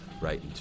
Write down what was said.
right